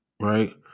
right